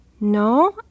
No